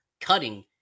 cutting